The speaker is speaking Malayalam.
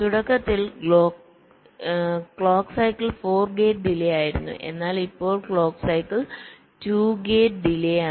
തുടക്കത്തിൽ ക്ലോക്ക് സൈക്കിൾ 4 ഗേറ്റ് ഡിലെയായിരുന്നു എന്നാൽ ഇപ്പോൾ ക്ലോക്ക് സൈക്കിൾ 2 ഗേറ്റ് ഡിലെയാണ്